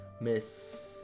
Miss